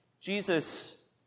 Jesus